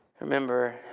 Remember